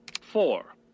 four